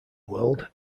world